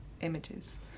images